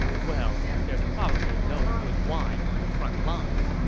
well, there's probably no good wine on the frontlines,